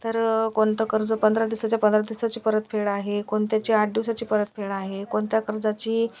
तर कोणतं कर्ज पंधरा दिवसाच्या पंधरा दिवसाची परतफेड आहे कोणत्याची आठ दिवसाची परतफेड आहे कोणत्या कर्जाची